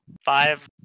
five